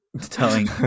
telling